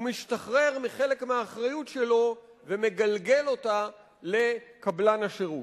הוא משתחרר מחלק מהאחריות שלו ומגלגל אותה על קבלן השירות.